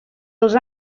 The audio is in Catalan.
els